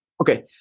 Okay